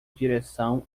direção